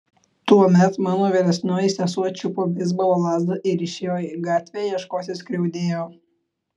tuomet mano vyresnioji sesuo čiupo beisbolo lazdą ir išėjo į gatvę ieškoti skriaudėjo